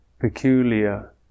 peculiar